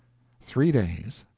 three days.